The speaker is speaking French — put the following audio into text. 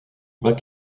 bas